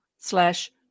slash